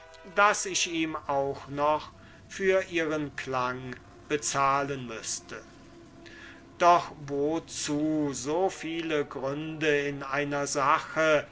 daß ich ihm auch noch für ihren klang bezahlen müßte doch wozu so viele gründe in einer sache